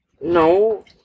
No